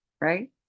right